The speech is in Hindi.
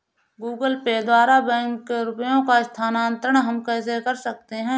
गूगल पे द्वारा बैंक में रुपयों का स्थानांतरण हम कैसे कर सकते हैं?